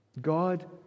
God